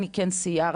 אני כן סיירתי.